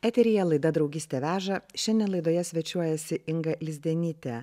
eteryje laida draugystė veža šiandien laidoje svečiuojasi inga lizdenytė